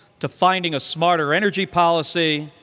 to finding a smarter energy policy,